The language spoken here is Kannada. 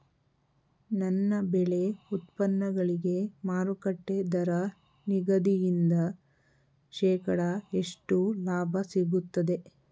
ನನ್ನ ಬೆಳೆ ಉತ್ಪನ್ನಗಳಿಗೆ ಮಾರುಕಟ್ಟೆ ದರ ನಿಗದಿಯಿಂದ ಶೇಕಡಾ ಎಷ್ಟು ಲಾಭ ಸಿಗುತ್ತದೆ?